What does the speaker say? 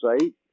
site